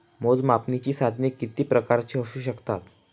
मोजमापनाची साधने किती प्रकारची असू शकतात?